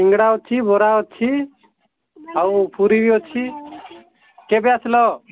ସିଙ୍ଗଡ଼ା ଅଛି ବରା ଅଛି ଆଉ ପୁରି ଅଛି କେବେ ଆସିଲ